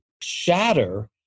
shatter